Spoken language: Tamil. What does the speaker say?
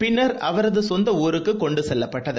பின்னர் அவரதுசொந்தஊருக்குகொண்டுசெல்லப்பட்டது